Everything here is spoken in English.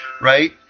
right